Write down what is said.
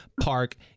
park